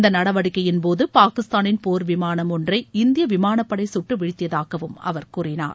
இந்த நடவடிக்கையின் போது பாகிஸ்தானின் போர் விமானம் ஒன்றை இந்திய விமானப் படை சுட்டுவீழ்த்தியதாகவும் அவர் கூறினார்